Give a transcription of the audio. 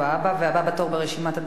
והבא בתור ברשימת הדוברים,